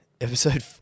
Episode